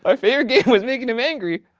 my favorite game was making him angry,